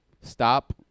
stop